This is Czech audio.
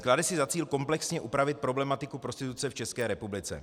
Klade si za cíl komplexně upravit problematiku prostituce v České republice.